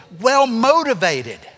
well-motivated